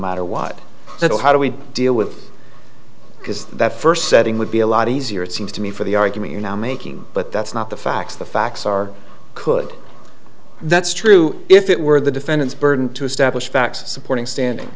matter what so how do we deal with that first setting would be a lot easier it seems to me for the argument you're now making but that's not the facts the facts are could that's true if it were the defendant's burden to establish facts supporting standing